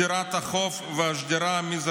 כצורך לאומי ביטחוני עליון: שדרת החוף והשדרה המזרחית.